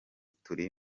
turi